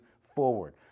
forward